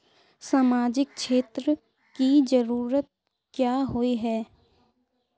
सामाजिक क्षेत्र की जरूरत क्याँ होय है?